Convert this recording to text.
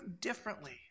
differently